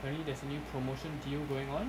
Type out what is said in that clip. apparently there's a new promotion deal going on